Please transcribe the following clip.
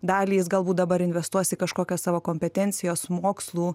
dalį jis galbūt dabar investuos į kažkokią savo kompetencijos mokslų